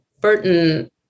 Burton